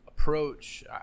approach